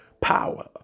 power